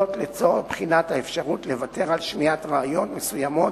לצורך בחינת האפשרות לוותר על שמיעת ראיות מסוימות,